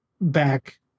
back